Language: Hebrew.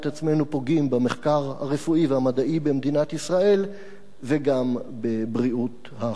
פוגעים במחקר הרפואי והמדעי במדינת ישראל וגם בבריאות החולים.